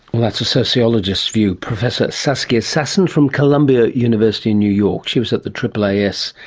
that's a sociologist's view. professor saskia sassen from columbia university in new york. she was at the aaas.